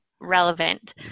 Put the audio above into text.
relevant